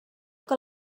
que